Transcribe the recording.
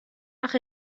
ach